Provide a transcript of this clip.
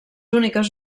úniques